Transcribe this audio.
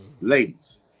Ladies